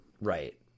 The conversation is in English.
right